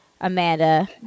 Amanda